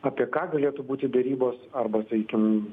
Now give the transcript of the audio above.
apie ką galėtų būti derybos arba sakykim